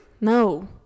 No